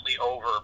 over